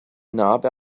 narbe